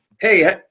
hey